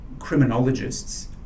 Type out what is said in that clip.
Criminologists